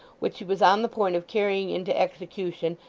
which he was on the point of carrying into execution,